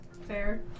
fair